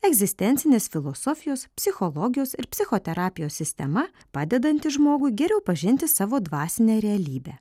egzistencinės filosofijos psichologijos ir psichoterapijos sistema padedanti žmogui geriau pažinti savo dvasinę realybę